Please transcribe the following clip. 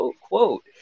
quote